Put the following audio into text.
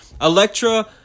Electra